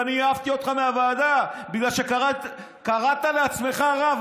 ואני העפתי אותך מהוועדה בגלל שקראת לעצמך רב,